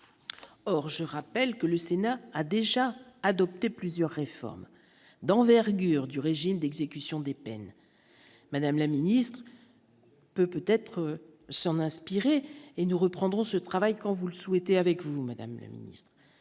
or je rappelle que le Sénat a déjà adopté plusieurs réformes d'envergure du régime d'exécution des peines, madame la Ministre, peut peut-être s'en inspirer et nous reprendrons ce travail quand vous le souhaitez, avec vous, Madame la Ministre,